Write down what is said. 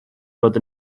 bod